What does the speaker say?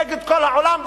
נגד כל העולם,